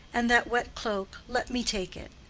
and that wet cloak let me take it.